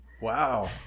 Wow